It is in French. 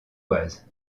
oise